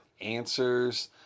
answers